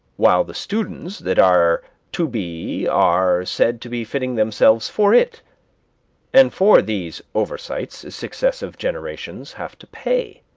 while the students that are to be are said to be fitting themselves for it and for these oversights successive generations have to pay.